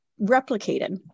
replicated